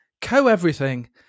co-everything